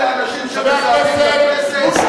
אלה האנשים שמזהמים את הכנסת?